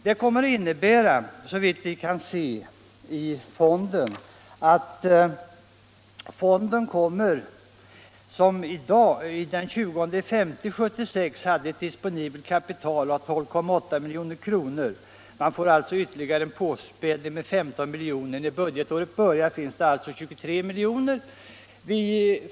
Det kommer såvitt vi kan se att innebära att fonden, som den 20 maj 1976 hade ett disponibelt kapital av 12.8 milj.kr., får en ytterligare påspädning med 15 milj.kr. När budgetåret börjar finns det alltså 23 miljoner.